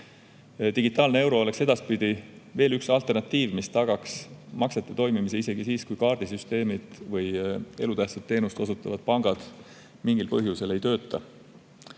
Digitaalne euro oleks edaspidi veel üks alternatiiv, mis tagaks maksete toimimise isegi siis, kui kaardisüsteemid või elutähtsat teenust osutavad pangad mingil põhjusel ei tööta.